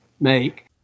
make